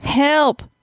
Help